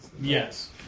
Yes